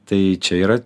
tai čia yra